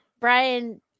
Brian